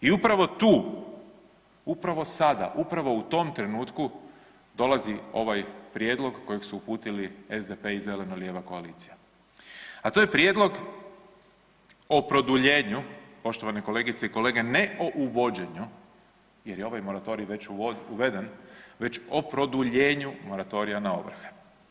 I upravo tu, upravo sada, upravo u tom trenutku dolazi ovaj prijedlog kojeg su uputili SDP i zeleno-lijeva koalicija, a to je prijedlog o produljenju, poštovane kolegice i kolege, ne od uvođenju, jer je ovaj moratorij već uveden, već o produljenju moratorija na ovrhe.